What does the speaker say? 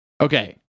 Okay